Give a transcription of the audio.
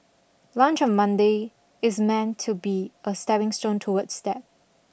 lunch on Monday is meant to be a stepping stone towards that